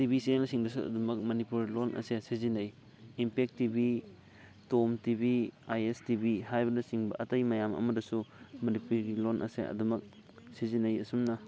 TV channel ꯁꯤꯡꯗꯁꯨ ꯑꯗꯨꯝꯃꯛ ꯃꯅꯤꯄꯨꯔ ꯂꯣꯟ ꯑꯁꯦ ꯁꯤꯖꯤꯟꯅꯩ impact TV Tom TV I S TV ꯍꯥꯏꯕꯅ ꯆꯤꯡꯕ ꯑꯇꯩ ꯃꯌꯥꯝ ꯑꯃꯗꯁꯨ ꯃꯅꯤꯄꯨꯔꯤ ꯂꯣꯟ ꯑꯁꯦ ꯑꯗꯨꯝꯃꯛ ꯁꯤꯖꯤꯟꯅꯩ ꯑꯁꯨꯝꯅ